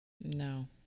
No